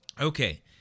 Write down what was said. Okay